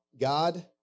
God